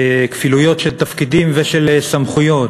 כפילויות של תפקידים ושל סמכויות.